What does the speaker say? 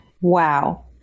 Wow